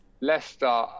Leicester